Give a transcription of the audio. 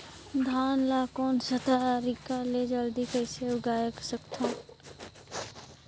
धान ला कोन सा तरीका ले जल्दी कइसे उगाय सकथन?